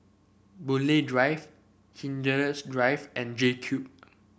Boon Lay Drive Drive and JCube